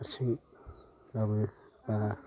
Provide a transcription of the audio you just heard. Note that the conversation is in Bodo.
हारसिं गावनो लाना